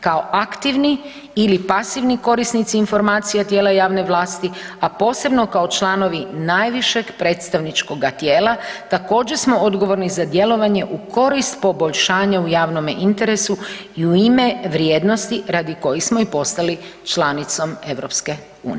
Kao aktivni ili pasivni korisnici informacija tijela javne vlasti, a posebno kao članovi najvišeg predstavničkoga tijela, također smo odgovorni za djelovanje u korist poboljšanja u javnome interesu i u ime vrijednosti radi kojih smo i postali članicom EU.